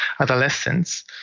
adolescents